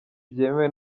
byemewe